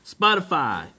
Spotify